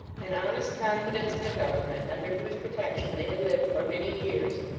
an honest confidence in the government under whose protection they had lived for many years,